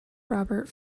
robert